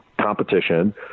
competition